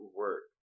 work